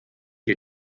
ihr